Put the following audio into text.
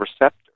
receptor